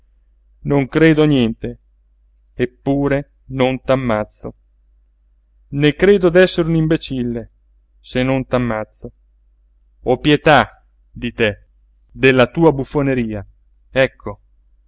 non credo a niente eppure non t'ammazzo né credo d'essere un imbecille se non t'ammazzo ho pietà di te della tua buffoneria ecco